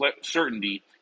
certainty